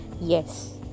Yes